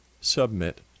submit